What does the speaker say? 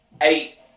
eight